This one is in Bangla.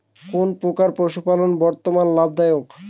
কোন প্রকার পশুপালন বর্তমান লাভ দায়ক?